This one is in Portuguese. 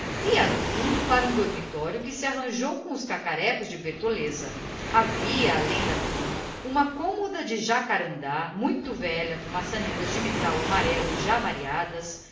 a do fundo para um dormitório que se arranjou com os cacarecos de bertoleza havia além da cama uma cômoda de jacarandá muito velha com maçanetas de metal amarelo já mareadas um